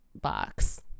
box